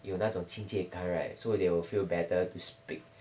有那种亲切感 right so they will feel better to speak